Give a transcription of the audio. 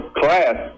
class